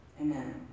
Amen